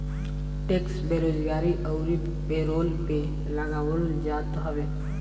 tax बेरोजगारी अउरी payroll पे लगावल जात हवे